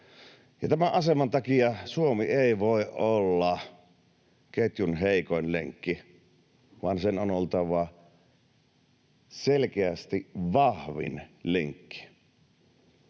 Tämän asemansa takia Suomi ei voi olla ketjun heikoin lenkki, vaan sen on oltava selkeästi vahvin lenkki.